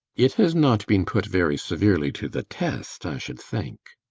it has not been put very severely to the test, i should think.